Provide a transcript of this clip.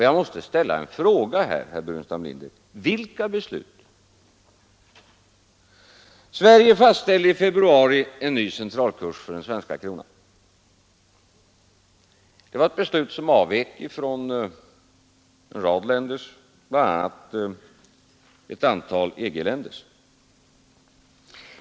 Jag måste ställa en fråga här, herr Burenstam Linder: Vilka beslut? Vi fastställde i februari en ny centralkurs för den svenska kronan. Det var ett beslut som avvek från en rad länders, bl.a. ett antal EG-länders.